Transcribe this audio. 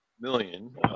million